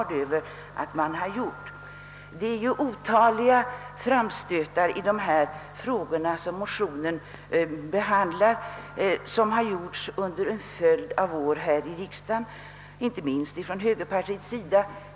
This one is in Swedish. Det har under en följd av år gjorts otaliga framstötar här i riksdagen i de frågor som motionerna behandlar, inte minst från högerpartiets sida.